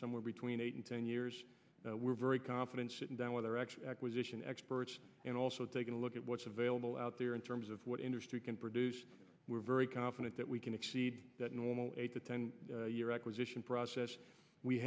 somewhere between eight and ten years we're very confident sitting down with our actually acquisition experts and also taking a look at what's available out there in terms of what industry can produce we're very confident that we can exceed that normal eight to ten year acquisition process we